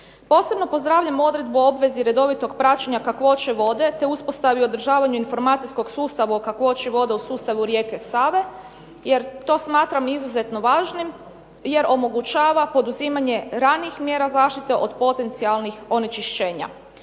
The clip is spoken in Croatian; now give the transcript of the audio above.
Posebno pozdravljam odredbu o obvezi redovitog praćenja kakvoće vode, te uspostavi i održavanju informacijskog sustava o kakvoći vode u sustavu rijeke Save, jer to smatram izuzetno važnim jer omogućava poduzimanje ranijih mjera zaštite od potencijalnih onečišćenja.